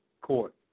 court